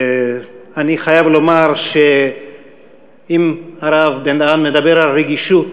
אני חייב לומר שאם הרב בן-דהן מדבר על רגישות,